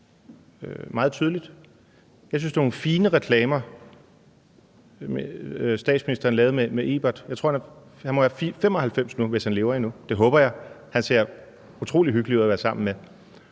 meget tydeligt. Jeg synes, det var nogle fine reklamer, statsministeren lavede med Ebert. Han må være 95 år nu, hvis han lever endnu – det håber jeg; han ser utrolig hyggelig ud at være sammen med.